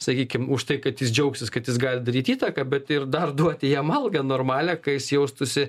sakykim už tai kad jis džiaugsis kad jis gali daryt įtaką bet ir dar duoti jam algą normalią ka jis jaustųsi